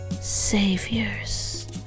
Saviors